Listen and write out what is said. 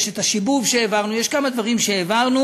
יש השיבוב שהעברנו, יש כמה דברים שהעברנו.